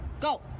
Go